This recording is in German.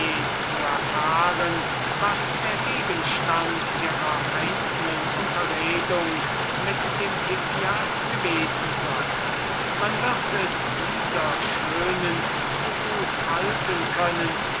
zu erfahren was der gegenstand ihrer einzelnen unterredung mit dem hippias gewesen sei man wird es dieser dame zu gut halten können